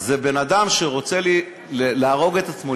זה בן-אדם שרוצה להרוג את עצמו,